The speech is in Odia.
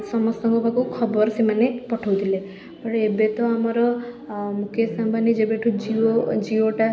ସମସ୍ତଙ୍କ ପାଖକୁ ଖବର ସେମାନେ ପଠାଉଥିଲେ ବଟ୍ ଏବେ ତ ଆମର ମୁକେଶ ଅମ୍ବାନୀ ଯେବେଠୁ ଜିଓ ଜିଓଟା